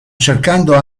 cercando